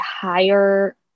higher